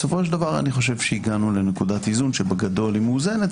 בסופו של דבר הגענו לנקודת איזון שבגדול מאוזנת.